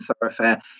thoroughfare